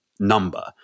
Number